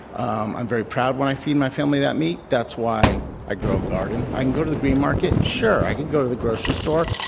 um i'm very proud when i feed my family that meat. that's why i grow a garden. i can go to the green market. sure. i could go to the grocery store.